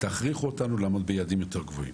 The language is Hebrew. תכריחו אותנו לעמוד ביעדים יותר גבוהים.